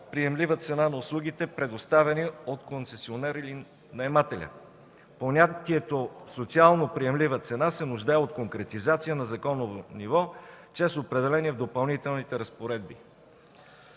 приемлива цена на услугите, предоставени от концесионера или наемателя. Понятието „социално приемлива цена” се нуждае от конкретизация на законово ниво, чрез определение в допълнителните разпоредби.